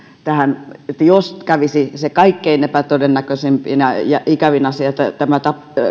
tähän jos kävisi se kaikkein epätodennäköisin ja ikävin asia että tämä